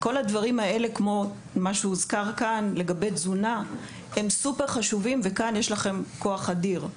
וכאן יש לכם כוח אדיר.